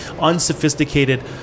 unsophisticated